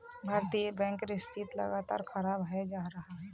भारतीय बैंकेर स्थिति लगातार खराब हये रहल छे